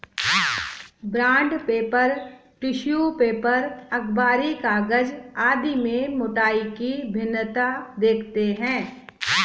bond paper, tissue paper, अखबारी कागज आदि में मोटाई की भिन्नता देखते हैं